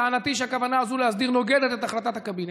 טענתי שהכוונה הזאת להסדיר נוגדת את החלטת הקבינט.